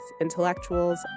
intellectuals